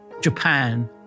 Japan